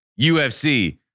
UFC